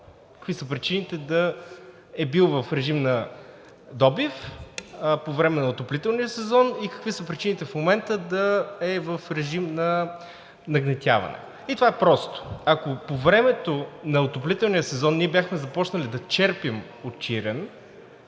какви са причините да е бил в режим на добив по време на отоплителния сезон и какви са причините в момента да е в режим на нагнетяване – и това е просто. Ако по времето на отоплителния сезон ние бяхме започнали да черпим от Чирен,